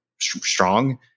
strong